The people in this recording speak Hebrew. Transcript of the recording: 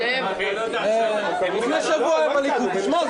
זאב --- לפני שבוע היה בליכוד, אתמול.